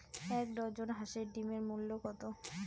এক ডজন হাঁসের ডিমের মূল্য কত?